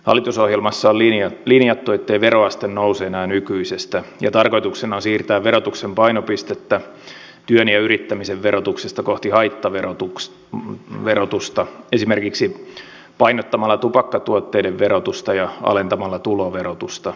hallitusohjelmassa on linjattu ettei veroaste nouse enää nykyisestä ja tarkoituksena on siirtää verotuksen painopistettä työn ja yrittämisen verotuksesta kohti haittaverotusta esimerkiksi painottamalla tupakkatuotteiden verotusta ja alentamalla tuloverotusta